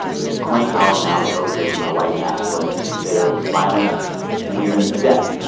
this quaint college town was overtaken by white nationalists. there was violence and even a death.